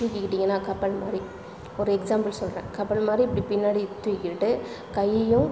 தூக்கிக்கிட்டீங்கன்னால் கப்பல் மாதிரி ஒரு எக்ஸாம்பிள் சொல்கிறேன் கப்பல் மாதிரி இப்படி பின்னாடி தூக்கிட்டு கையையும்